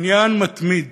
עניין מתמיד,